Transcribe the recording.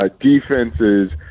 defenses